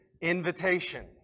invitation